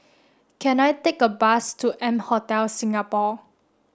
can I take a bus to M Hotel Singapore